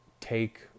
take